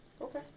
okay